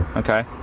Okay